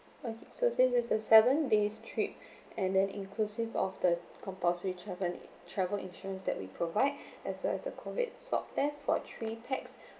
okay so since this is a seven days trip and then inclusive of the compulsory travel travel insurance that we provide as well as a COVID swab test for three pax